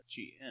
gm